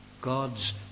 God's